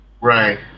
Right